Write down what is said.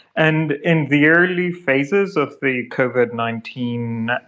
and in the early phases of the covid nineteen